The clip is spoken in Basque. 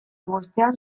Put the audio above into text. bostean